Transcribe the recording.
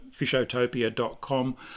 fishotopia.com